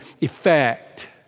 effect